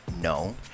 no